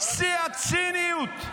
שיא הציניות.